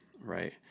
right